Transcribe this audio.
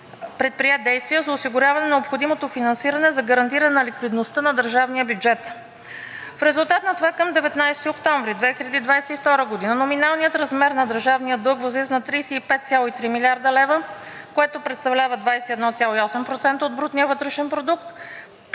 предприе действия за осигуряване на необходимото финансиране за гарантиране на ликвидността на държавния бюджет. В резултат на това към 19 октомври 2022 г. номиналният размер на държавния дълг възлиза на 35,3 млрд. лв., което представлява 21,8% от брутния вътрешен продукт,